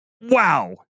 wow